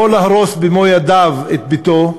או להרוס במו-ידיו את ביתו,